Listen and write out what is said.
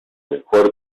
mejor